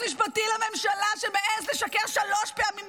יועץ משפטי לממשלה שמעז לשקר שלוש פעמים,